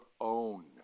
own